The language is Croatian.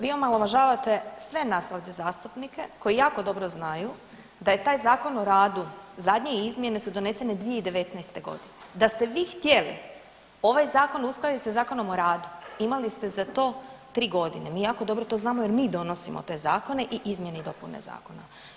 Vi omalovažavate sve nas ovdje zastupnike koji jako dobro znaju da je taj Zakon o radu, zadnje izmjene su donesene 2019.g., da ste vi htjeli ovaj zakon uskladit sa Zakonom o radu, imali ste za to 3.g., mi jako dobro to znamo jer mi donosimo te zakone i izmjene i dopune zakona.